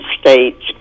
states